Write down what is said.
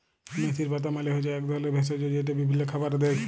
মেথির পাতা মালে হচ্যে এক ধরলের ভেষজ যেইটা বিভিল্য খাবারে দেয়